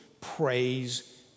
praise